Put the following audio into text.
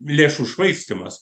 lėšų švaistymas